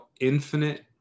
infinite